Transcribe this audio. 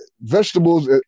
vegetables